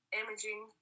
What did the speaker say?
imaging